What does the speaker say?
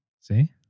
See